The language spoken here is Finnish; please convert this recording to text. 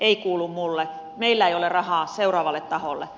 ei kuulu mulle meillä ei ole rahaa seuraavalle taholle